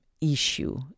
issue